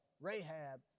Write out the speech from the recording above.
Rahab